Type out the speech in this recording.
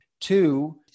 Two